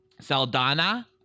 Saldana